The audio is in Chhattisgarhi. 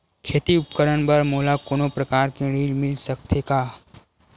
खेती उपकरण बर मोला कोनो प्रकार के ऋण मिल सकथे का?